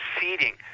seeding